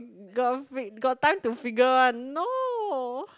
got time to figure one no